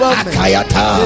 akayata